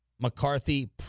McCarthy